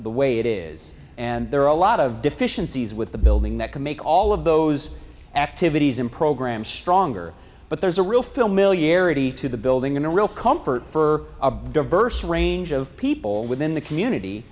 the way it is and there are a lot of deficiencies with the building that can make all of those activities and programs stronger but there's a real film millionaire ety to the building and a real comfort for a diverse range of people within the community